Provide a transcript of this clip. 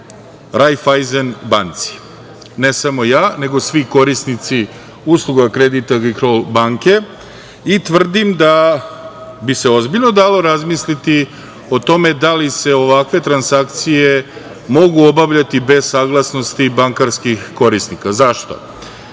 „Raiffeisen banci“ i ne samo ja, nego svi korisnici usluga „Credit Agricole Banke“ i tvrdim da bi se ozbiljno dalo razmisliti o tome da li se ovakve transakcije mogu obavljati bez saglasnosti bankarskih korisnika. Zašto?